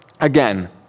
again